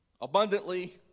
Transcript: abundantly